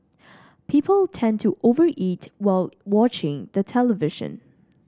people tend to over eat while watching the television